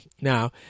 Now